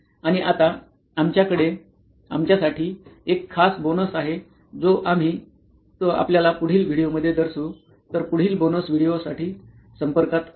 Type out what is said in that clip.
आणि आता आमच्याकडे आमच्यासाठी एक खास बोनस आहे जो आम्ही तो आपल्याला पुढील व्हिडिओमध्ये दर्शवू तर पुढील बोनस व्हिडिओसाठी संपर्कात रहा